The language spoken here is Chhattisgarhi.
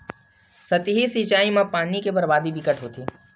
सतही सिचई म पानी के बरबादी बिकट होथे